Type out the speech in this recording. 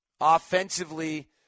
offensively –